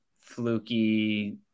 fluky